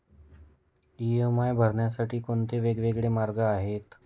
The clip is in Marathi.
इ.एम.आय भरण्यासाठी कोणते वेगवेगळे मार्ग आहेत?